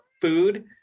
food